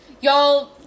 y'all